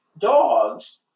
dogs